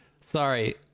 sorry